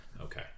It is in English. okay